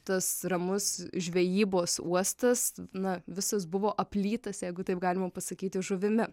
tas ramus žvejybos uostas na visas buvo aplytas jeigu taip galima pasakyti žuvimi